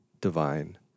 divine